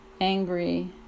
angry